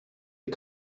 les